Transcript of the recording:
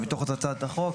זה מתוך הצעת החוק.